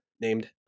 named